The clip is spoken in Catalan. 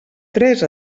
tres